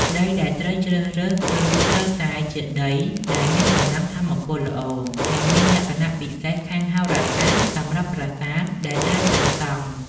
ដីដែលត្រូវជ្រើសរើសគឺត្រូវតែជាដីដែលមានកម្លាំងថាមពលល្អ និងមានលក្ខណៈពិសេសខាងហោរាសាស្ត្រសម្រាប់ប្រាសាទដែលត្រូវសាងសង់។